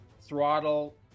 Throttle